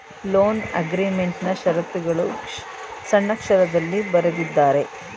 loan ಅಗ್ರೀಮೆಂಟ್ನಾ ಶರತ್ತುಗಳು ಸಣ್ಣಕ್ಷರದಲ್ಲಿ ಬರೆದಿದ್ದಾರೆ